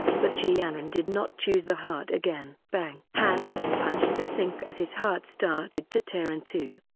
but ji yanran did not choose the heart again. pang! han sen punched the sink as his heart started to tear in two.